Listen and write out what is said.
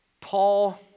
Paul